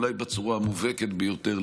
אולי בצורה המובהקת ביותר,